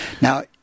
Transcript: Now